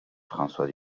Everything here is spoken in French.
françois